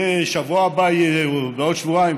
בשבוע הבא, בעוד שבועיים,